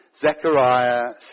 Zechariah